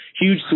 Huge